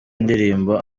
indirimbo